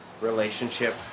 relationship